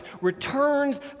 returns